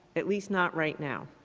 at least not right now.